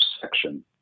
section